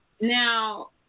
now